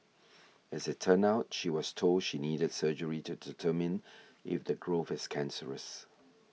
as it turned out she was told she needed surgery to determine if the growth was cancerous